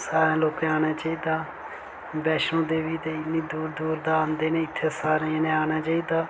सारें लोकें आना चाहिदा वैष्णो देवी ते इन्नी दूर दूर दा आंदे न इत्थै सारें जनें आना चाहिदा